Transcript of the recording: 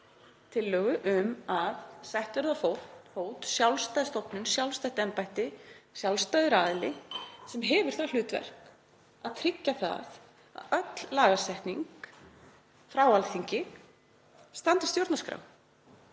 tillögu um að sett verði á fót sjálfstæð stofnun, sjálfstætt embætti, sjálfstæður aðili sem hefur það hlutverk að tryggja að öll lagasetning frá Alþingi standist stjórnarskrá.